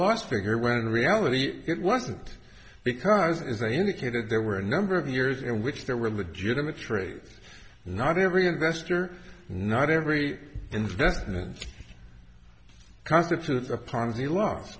last figure when in reality it wasn't because as i indicated there were a number of years in which there were legitimate traders not every investor not every investment constitutes a ponzi l